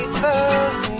first